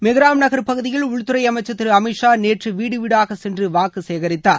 மெஹ்ராம் நகர் பகுதியில் உள்துறை அமைச்சர் திரு அமித் ஷா நேற்று வீடுவீடாக சென்று வாக்கு சேகரித்தார்